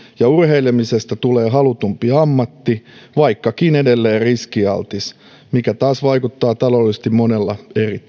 ja urheilemisesta tulee halutumpi ammatti vaikkakin edelleen riskialtis mikä taas vaikuttaa taloudellisesti monella eri tavalla